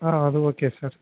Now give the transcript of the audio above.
ஆ அது okay sir